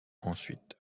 ensuite